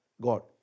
God